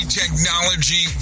technology